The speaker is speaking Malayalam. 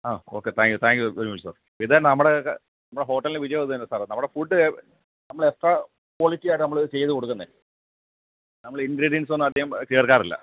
ആ okay thank you thank you very much sir ഇത് നമ്മുടെ നമ്മുടെ ഹോട്ടലിൻ്റെ വിജയും അത് തന്നെ സാറേ നമ്മുടെ ഫുഡ് നമ്മൾ എത്ര ക്വാളിറ്റി ആയിട്ടാണ് നമ്മള് ചെയ്തു കൊടുക്കുന്നത് നമ്മള് ഇൻക്രീഡിയൻസൊന്നും അധികം ചേർക്കാറില്ല